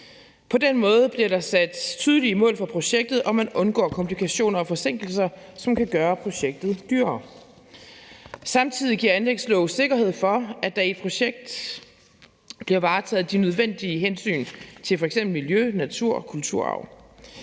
På den måde bliver der sat tydelige mål for projektet, og man undgår komplikationer og forsinkelser, som kan gøre projektet dyrere. Samtidig giver anlægslove sikkerhed for, at der i et projekt bliver varetaget de nødvendige hensyn til f.eks. miljø, natur og kulturarv,